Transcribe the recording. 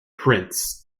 prince